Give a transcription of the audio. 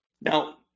Now